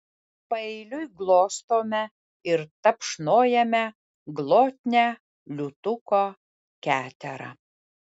paeiliui glostome ir tapšnojame glotnią liūtuko keterą